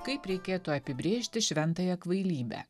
kaip reikėtų apibrėžti šventąją kvailybę